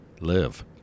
live